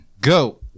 go